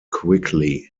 quickly